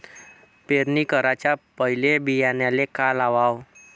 पेरणी कराच्या पयले बियान्याले का लावाव?